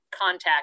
contact